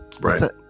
right